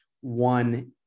one